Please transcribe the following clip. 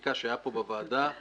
החקיקה שהיה פה בוועדה